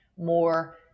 More